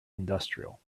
industrial